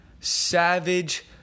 savage